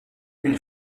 une